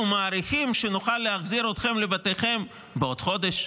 מעריכים שנוכל להחזיר אתכם לבתיכם בעוד חודש,